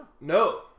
No